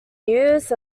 used